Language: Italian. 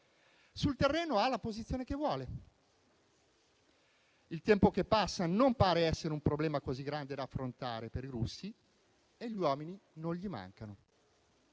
Sul terreno ha la posizione che vuole. Il tempo che passa non pare essere un problema così grande da affrontare per i russi e gli uomini non gli mancano.